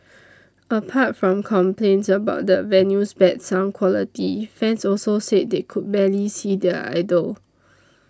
apart from complaints about the venue's bad sound quality fans also said they could barely see their idol